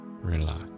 Relax